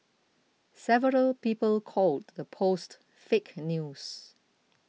several people called the post fake news